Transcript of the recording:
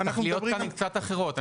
התכליות כאן הן רצת אחרות.